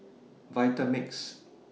Vitamix